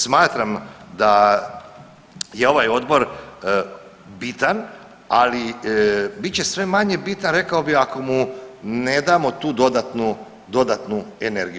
Smatram da je ovaj odbor bitan, ali bit će sve manje bitan rekao bi ako mu ne damo tu dodatnu energiju.